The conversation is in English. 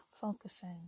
focusing